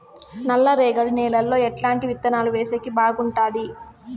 నల్లరేగడి నేలలో ఎట్లాంటి విత్తనాలు వేసేకి బాగుంటుంది?